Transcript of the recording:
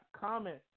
comment